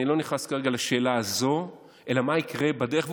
אני לא נכנס כרגע לשאלה הזאת, אלא מה יקרה בדרך.